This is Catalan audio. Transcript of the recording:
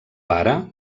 pare